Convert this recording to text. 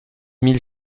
mille